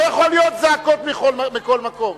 לא יכול להיות זעקות מכל מקום.